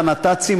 בנת"צים,